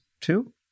two